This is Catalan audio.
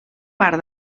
part